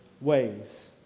ways